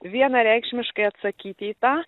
vienareikšmiškai atsakyti į tą